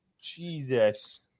Jesus